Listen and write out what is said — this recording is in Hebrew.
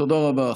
תודה רבה.